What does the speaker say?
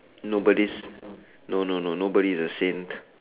nobody's no no no nobody is a sin